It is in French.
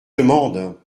demande